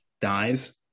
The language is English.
dies